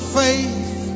faith